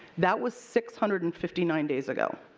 that was six hundred and fifty nine days ago.